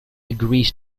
agrees